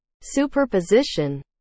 superposition